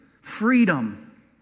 Freedom